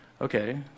Okay